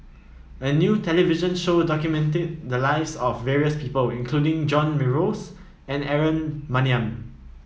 a new television show documented the lives of various people including John Morrice and Aaron Maniam